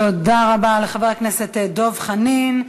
תודה רבה לחבר הכנסת דב חנין,